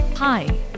Hi